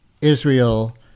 Israel